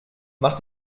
mach